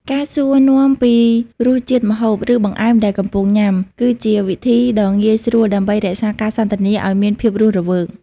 ការសួរនាំពីរសជាតិម្ហូប ឬបង្អែមដែលកំពុងញ៉ាំ គឺជាវិធីដ៏ងាយស្រួលដើម្បីរក្សាការសន្ទនាឱ្យមានភាពរស់រវើក។